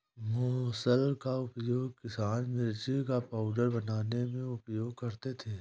मुसल का उपयोग किसान मिर्ची का पाउडर बनाने में उपयोग करते थे